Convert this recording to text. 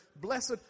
Blessed